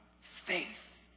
faith